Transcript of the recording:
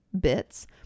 bits